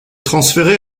transféré